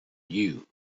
you